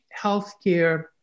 healthcare